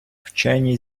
вчені